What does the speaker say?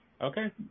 Okay